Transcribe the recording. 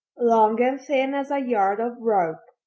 long and thin as a yard of rope,